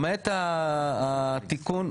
למעט התיקון.